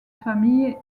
famille